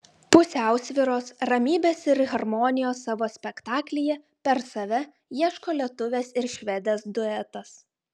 pusiausvyros ramybės ir harmonijos savo spektaklyje per save ieško lietuvės ir švedės duetas